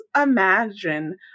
imagine